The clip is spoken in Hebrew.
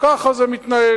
כך זה מתנהל.